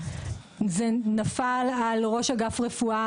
וזה נפל על ראש אגף הרפואה,